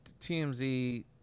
TMZ